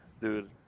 dude